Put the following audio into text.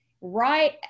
right